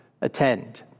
attend